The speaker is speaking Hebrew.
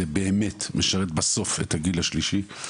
זה באמת משרת בסוף את הגיל השלישי,